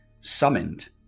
summoned